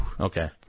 okay